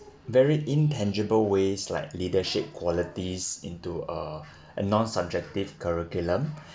very intangible ways like leadership qualities into uh a non-subjective curriculum